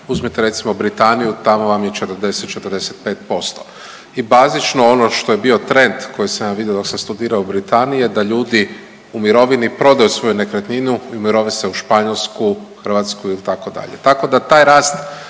Uzmite recimo Britaniju, tamo vam je 40, 45%. I bazično ono što je trend koji sam ja vidio dok sam studirao u Britaniji je da ljudi u mirovini prodaju svoju nekretninu i umirove se u Španjolsku, Hrvatsku itd. Tako da